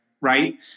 right